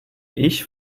ich